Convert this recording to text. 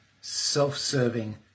self-serving